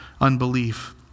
unbelief